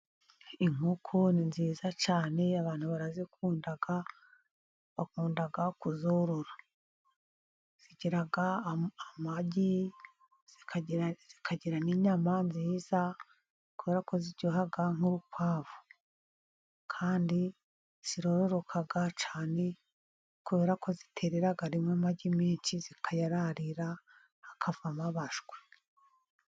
Inkoko ni nziza cyane abantu barazikunda, bakunda kuzorora zigira amagi zikagira n'inyama nziza zikora ko ziryoha nk'urukwavu kandi zirororoka cyane kubera ko ziterera rimwe amagi menshi zikayararira hakavamo abashwi.